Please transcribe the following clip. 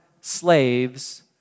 slaves